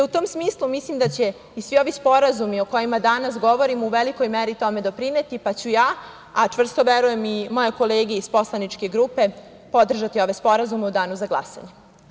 U tom smislu, mislim da će i svi ovi sporazumi o kojima danas govorimo u velikoj meri tome doprineti, pa ću ja, a čvrsto verujem i moje kolege iz poslaničke grupe, podržati ove sporazume u danu za glasanje.